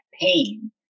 pain